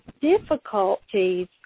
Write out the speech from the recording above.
difficulties